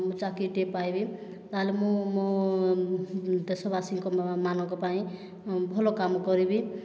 ମୁଁ ଚାକିରିଟିଏ ପାଇବି ତା'ହାଲେ ମୁଁ ମୋ' ଦେଶବାସୀଙ୍କ ମାନଙ୍କ ପାଇଁ ଭଲ କାମ କରିବି